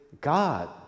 God